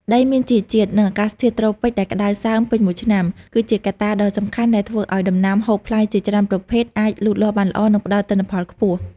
ដីមានជីជាតិ និងអាកាសធាតុត្រូពិចដែលក្តៅសើមពេញមួយឆ្នាំ គឺជាកត្តាដ៏សំខាន់ដែលធ្វើឱ្យដំណាំហូបផ្លែជាច្រើនប្រភេទអាចលូតលាស់បានល្អ និងផ្តល់ទិន្នផលខ្ពស់។